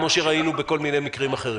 כפי שראינו בכל מיני מקרים אחרים?